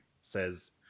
says